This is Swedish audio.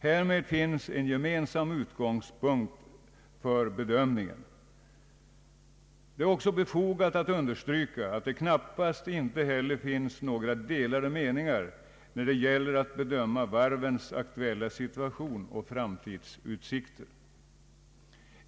Härmed finns en gemensam utgångspunkt för bedömningen. Det är också befogat att understryka att det knappast heller finns några delade meningar när det gäller att bedöma varvens aktuella situation och framtidsutsikter.